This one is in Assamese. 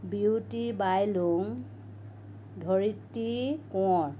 বিউটি বাইলুং ধৰিত্ৰী কোঁৱৰ